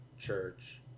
church